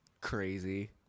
crazy